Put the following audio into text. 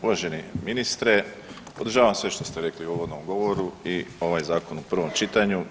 Uvaženi ministre, podržavam sve što ste rekli u uvodnom govoru i ovaj zakon u prvom čitanju.